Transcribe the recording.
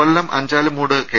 Kollam Anchalumoodu K